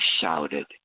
shouted